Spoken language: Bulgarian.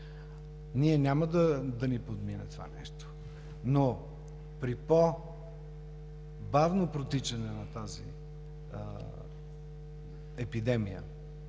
Няма да ни подмине това нещо, но при по-бавно протичане на тази епидемия